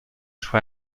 suoi